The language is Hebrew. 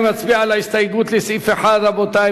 אני מצביע על ההסתייגות לסעיף 1. רבותי,